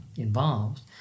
involved